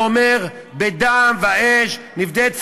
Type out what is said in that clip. ואומר: בדם ואש נפדה את פלסטין.